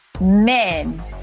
men